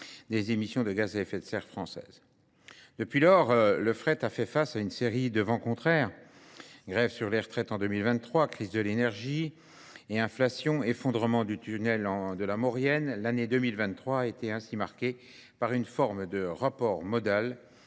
des émissions de gaz à effet de serre françaises. Depuis lors, le fret a fait face à une série de vents contraires. Grève sur les retraites en 2023, crise de l'énergie et inflation, effondrement du tunnel de la Morienne. L'année 2023 a été ainsi marquée par une forme de rapport modal